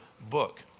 book